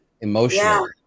emotional